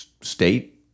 state